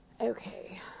Okay